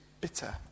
bitter